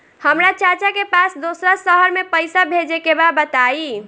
हमरा चाचा के पास दोसरा शहर में पईसा भेजे के बा बताई?